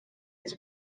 his